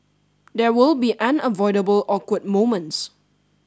there will be unavoidable awkward moments